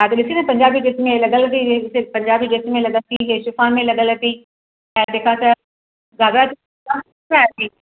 हा त ॾिस न पंजाबी ड्रेस में लॻियल अथेई इहे पंजाबी ड्रेस में लॻियल अथेई इहे शिफ़ोन में लॻियल अथेई ऐं तंहिं खां त घाघरा चोली